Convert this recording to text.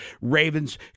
Ravens